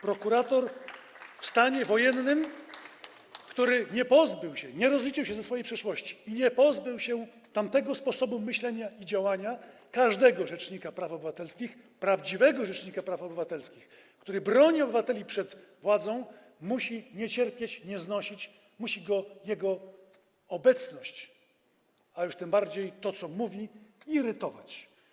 Prokurator ze stanu wojennego, który nie rozliczył się ze swojej przeszłości ani nie pozbył się tamtego sposobu myślenia i działania, każdego rzecznika praw obywatelskich, prawdziwego rzecznika praw obywatelskich, który broni obywateli przed władzą, musi nie cierpień, nie znosić, musi go jego obecność, a już tym bardziej to, co mówi, irytować.